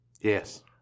Yes